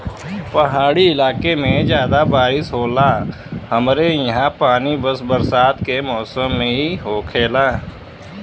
पहाड़ी इलाके में जादा बारिस होला हमरे ईहा पानी बस बरसात के मौसम में ही होखेला